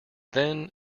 then